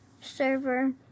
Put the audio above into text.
Server